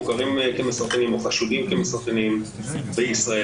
מוכרים כמסרטנים או חשודים כמסרטנים בישראל,